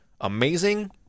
Amazing